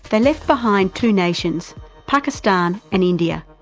they left behind two nations pakistan and india.